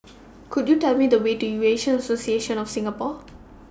Could YOU Tell Me The Way to Eurasian Association of Singapore